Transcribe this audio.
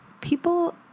People